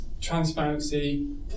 transparency